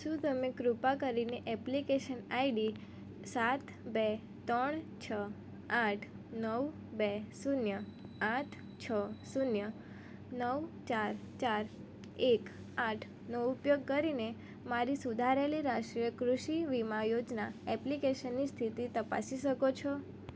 શું તમે કૃપા કરીને એપ્લિકેશન આઈડી સાત બે ત્રણ છ આઠ નવ બે શૂન્ય આઠ છ શૂન્ય નવ ચાર ચાર એક આઠનો ઉપયોગ કરીને મારી સુધારેલી રાષ્ટ્રીય કૃષિ વીમા યોજના એપ્લિકેશનની સ્થિતિ તપાસી શકો છો